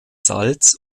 salz